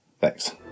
Thanks